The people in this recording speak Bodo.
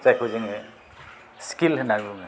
जायखौ जोङो स्किल होननानै बुङो